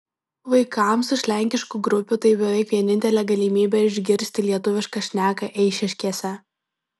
vaikams iš lenkiškų grupių tai beveik vienintelė galimybė išgirsti lietuvišką šneką eišiškėse